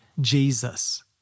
Jesus